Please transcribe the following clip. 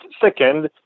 second